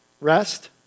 rest